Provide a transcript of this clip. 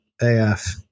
af